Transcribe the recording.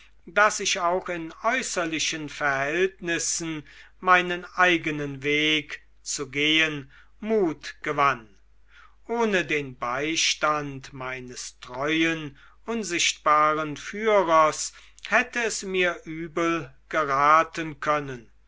daß ich auch in äußerlichen verhältnissen meinen eigenen weg zu gehen mut gewann ohne den beistand meines treuen unsichtbaren führers hätte es mir übel geraten können